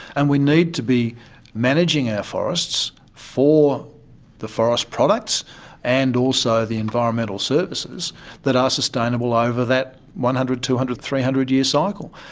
and we need to be managing our forests for the forest products and also the environmental services that are sustainable over that one hundred, two hundred, three hundred year cycle.